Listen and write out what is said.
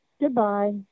Goodbye